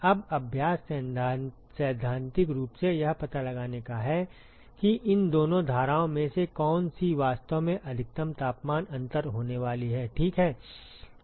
अब अभ्यास सैद्धांतिक रूप से यह पता लगाने का है कि इन दोनों धाराओं में से कौन सी वास्तव में अधिकतम तापमान अंतर होने वाली है ठीक है